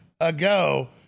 ago